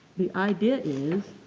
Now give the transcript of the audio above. the idea is,